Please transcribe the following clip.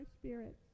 spirits